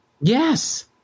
Yes